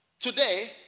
today